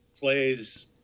plays